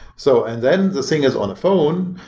so and then the thing is on a phone,